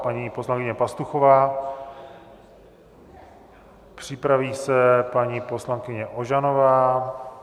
Paní poslankyně Pastuchová, připraví se paní poslankyně Ožanová.